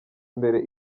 imbere